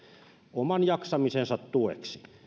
oman jaksamisensa tueksi